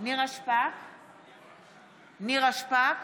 נירה שפק,